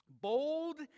Bold